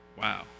wow